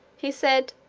he said,